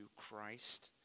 Christ